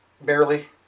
barely